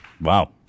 Wow